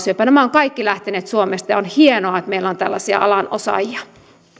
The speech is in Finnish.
ja kohdunkaulasyöpätutkimukset ovat kaikki lähtöisin suomesta ja on hienoa että meillä on tällaisia alan osaajia